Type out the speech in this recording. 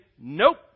nope